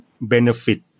benefit